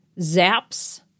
Zaps